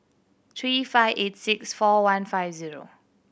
three five eight six four one five zero